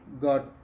got